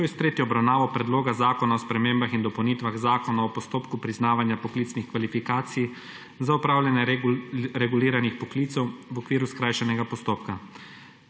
s tretjo obravnavo Predloga zakona o spremembah in dopolnitvah Zakona o postopku priznavanja poklicnih kvalifikacij za opravljanje reguliranih poklicev v okviru skrajšanega postopka.